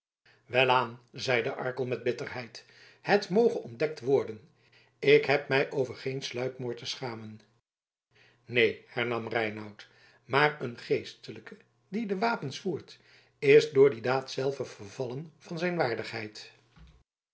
welaan zeide arkel met bitterheid het moge ontdekt worden ik heb mij over geen sluipmoord te schamen neen hernam reinout maar een geestelijke die de wapens voert is door die daad zelve vervallen van zijn waardigheid